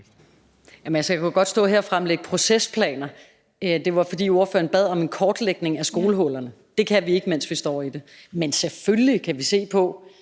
jeg kunne jo godt stå her og fremlægge procesplaner, men det var, fordi spørgeren bad om en kortlægning af skolehullerne. Det kan vi ikke, mens vi står i det. Men selvfølgelig kan vi se på,